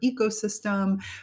ecosystem